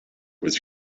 was